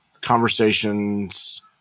Conversations